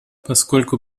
поскольку